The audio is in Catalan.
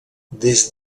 des